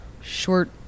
short